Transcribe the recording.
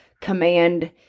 command